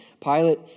Pilate